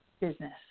business